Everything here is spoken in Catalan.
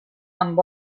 amb